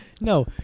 no